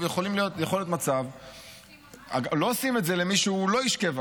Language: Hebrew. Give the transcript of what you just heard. לא עושים את זה למי שהוא לא איש קבע.